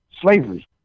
slavery